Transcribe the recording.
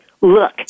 Look